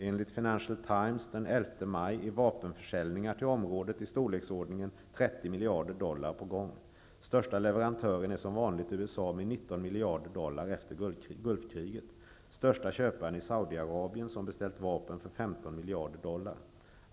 Enligt Financial Times den 11 maj är vapenförsäljningar till området i storleksordningen 30 miljarder dollar på gång. Den största leverantören är som vanligt USA, med leveranser motsvarande 19 miljarder dollar efter Gulfkriget. Den största köparen är Saudiarabien, som beställt vapen för 15 miljarder dollar.